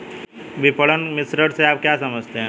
विपणन मिश्रण से आप क्या समझते हैं?